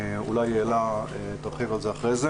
אולי יעלה תרחיב על כך אחר כך